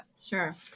Sure